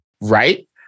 right